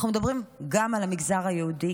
אנחנו מדברים גם על המגזר היהודי,